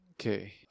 Okay